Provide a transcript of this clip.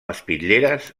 espitlleres